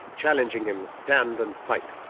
challenging him, stand and fight.